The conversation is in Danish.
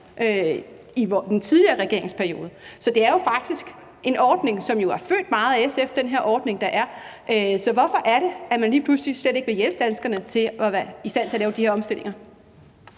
i den tidligere regeringsperiode. Så det er jo faktisk en ordning, som meget er født af SF. Så hvorfor er det, man lige pludselig ikke vil hjælpe danskerne til at være i stand til at lave den her omstilling?